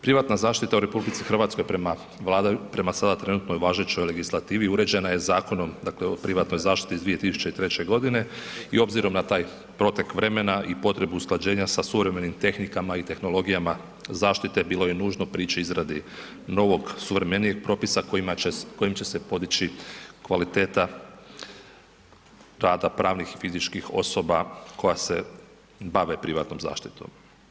Privatna zaštiti u RH prema sada trenutno važećoj legislativi uređena je Zakonom o privatnoj zaštiti iz 2003. g. i obzirom na taj protek vremena i potrebu usklađenja sa suvremenim tehnikama i tehnologijama zaštite bilo je nužno prići izradi novog suvremenijeg propisa kojim će se podići kvaliteta tada pravnih i fizičkih osoba koje se bave privatnom zaštitom.